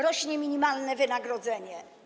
Rośnie minimalne wynagrodzenie.